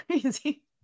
Crazy